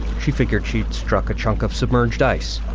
she figured she'd struck a chunk of submerged ice.